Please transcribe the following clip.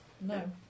no